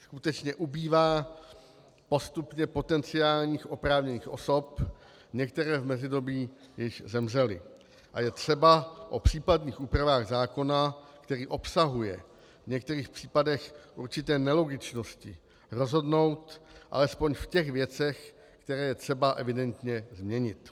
Skutečně ubývá postupně potenciálních oprávněných osob, některé v mezidobí již zemřely, a je třeba o případných úpravách zákona, který obsahuje v některých případech určité nelogičnosti, rozhodnout alespoň v těch věcech, které je třeba evidentně změnit.